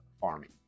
farming